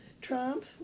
Trump